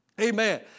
Amen